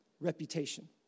reputation